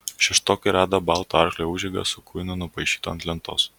šeštokai rado balto arklio užeigą su kuinu nupaišytu ant lentos